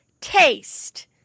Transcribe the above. taste